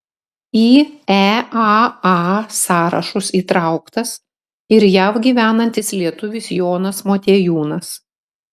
į eaa sąrašus įtrauktas ir jav gyvenantis lietuvis jonas motiejūnas